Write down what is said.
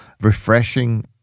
refreshing